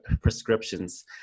prescriptions